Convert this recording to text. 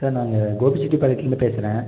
sir நாங்கள் கோபிச்செட்டிப்பாளையத்துலேருந்து பேசுகிறேன்